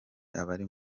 abari